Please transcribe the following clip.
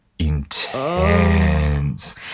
intense